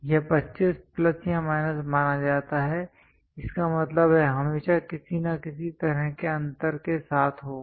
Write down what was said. यह 25 प्लस या माइनस माना जाता है इसका मतलब है हमेशा किसी न किसी तरह के अंतर के साथ होगा